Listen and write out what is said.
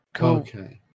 Okay